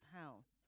house